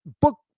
book